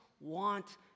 want